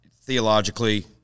theologically